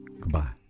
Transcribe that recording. goodbye